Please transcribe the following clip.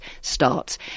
starts